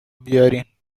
بیارین